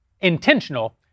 intentional